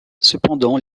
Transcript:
cependant